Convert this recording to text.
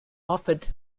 offered